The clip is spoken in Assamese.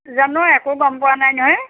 জানো একো গম পোৱা নাই নহয়